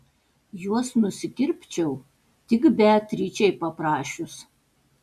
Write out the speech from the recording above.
juos nusikirpčiau tik beatričei paprašius